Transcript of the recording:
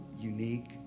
unique